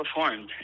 performed